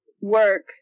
work